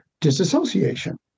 disassociation